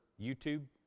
YouTube